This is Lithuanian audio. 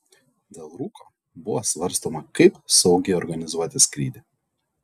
dėl rūko buvo svarstoma kaip saugiai organizuoti skrydį